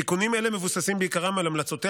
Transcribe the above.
תיקונים אלה מבוססים בעיקרם על המלצותיה